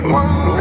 one